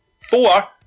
Four